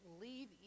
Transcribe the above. leave